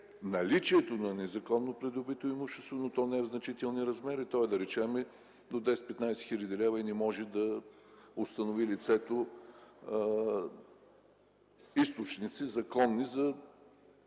наличието на незаконно придобито имущество, но то не е в значителни размери. То е да речем до 10-15 хил. лв. и не може да установи лицето източници законни за